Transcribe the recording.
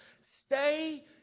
Stay